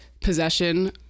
possession